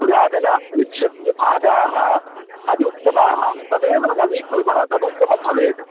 पुरातनवृक्षस्य भागाः अत्युत्तमाः तदेव नवीकुर्मः तदुत्तमं भवेत्